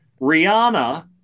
Rihanna